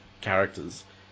characters